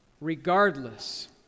regardless